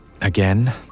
Again